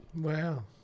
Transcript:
Wow